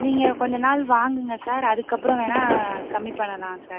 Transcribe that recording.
நீங்கள் கொஞ்சம் நாள் வாங்குங்க சார் அதுக்கப்புறம் வேணுனா கம்மி பண்ணலாம் சார்